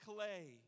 Clay